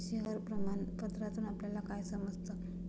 Share प्रमाण पत्रातून आपल्याला काय समजतं?